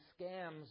scams